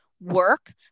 work